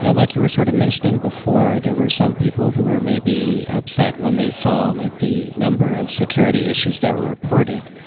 ah like you were sort of mentioning before, there were some people who were maybe upset when they saw like the number of security issues that were reported.